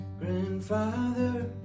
Grandfather